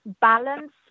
balance